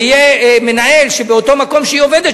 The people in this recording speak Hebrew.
ויהיה מנהל באותו מקום שהיא עובדת,